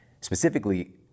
Specifically